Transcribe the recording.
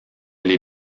les